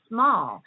small